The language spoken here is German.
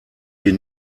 sie